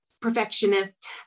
perfectionist